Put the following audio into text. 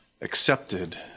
accepted